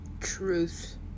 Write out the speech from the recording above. Truth